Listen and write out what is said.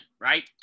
right